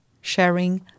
sharing